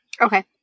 okay